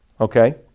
okay